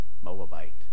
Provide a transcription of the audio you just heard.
Moabite